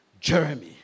Jeremy